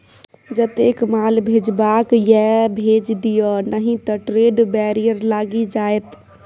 जतेक माल भेजबाक यै भेज दिअ नहि त ट्रेड बैरियर लागि जाएत